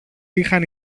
είχαν